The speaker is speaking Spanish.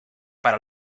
para